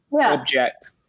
object